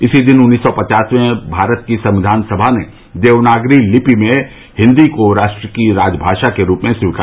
इसी दिन उन्नीस सौ पचास में भारत की संविधान सभा ने देवनागरी लिपि में हिन्दी को राष्ट्र की राजभाषा के रूप में स्वीकार किया था